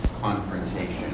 confrontation